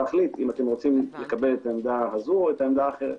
להחליט אם אתם רוצים לקבל את העמדה הזו או את האחרת.